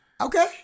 Okay